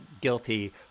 guilty